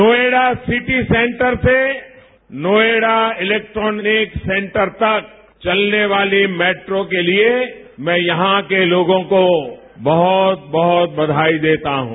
Noida city centre से Noida electronic centre तक चलने वाली मैट्रो के लिए मैं यहां के लोगों को बहुत बहुत बधाई देता हूं